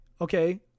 okay